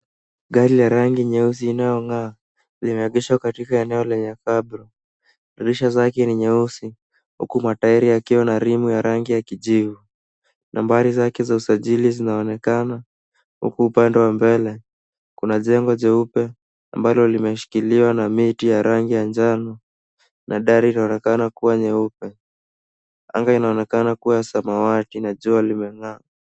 Gari la rangi nyeusi inayong'aa. Limeegeshwa katika eneo lenye cabro .Dirisha zake ni nyeusi, huku matairi yakiwa na rimu ya rangi ya kijivu. Nambari zake za usajili zinaonekana, huku upande wa mbele, kuna jengo jeupe ambalo limeshikiliwa na miti ya rangi ya jano. Na dari linaonekana kuwa nyeupe. Anga inaonekana kuwa ya samawati, na jua lemeng'aa.